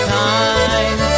time